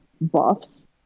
buffs